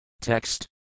Text